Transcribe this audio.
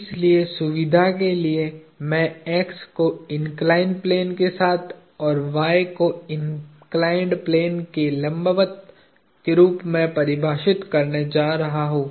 इसलिए सुविधा के लिए मैं x को इन्कलाईन्ड प्लेन के साथ और y को इन्कलाईन्ड प्लेन के लंबवत के रूप में परिभाषित करने जा रहा हूं